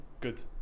Good